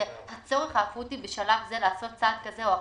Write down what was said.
והצורך האקוטי בשלב זה לעשות צעד כזה או אחר,